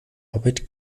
arbeit